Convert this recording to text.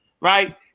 right